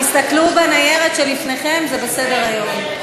תסתכלו בניירת שלפניכם, זה בסדר-היום.